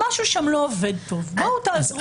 משהו שם לא עובד טוב ולכן בואו תעזרו.